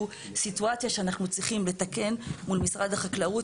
סיטואציה שאנחנו צריכים לתקן מול משרד החקלאות,